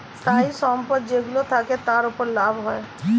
স্থায়ী সম্পদ যেইগুলো থাকে, তার উপর লাভ হয়